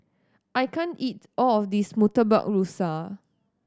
I can't eat all of this Murtabak Rusa